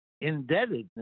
indebtedness